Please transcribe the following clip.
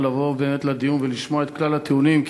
לבוא באמת לדיון ולשמוע את כלל הטיעונים,